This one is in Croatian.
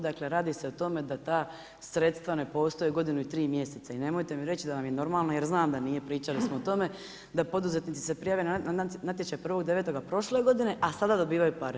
Dakle, radi se o tome da ta sredstva ne postoje godinu i tri mjeseca i nemojte mi reći da vam je normalno jer znam da nije, pričali smo o tome da poduzetnici se prijave na natječaj 1.9. prošle godine, a sada dobivaju pare.